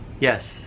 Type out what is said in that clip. yes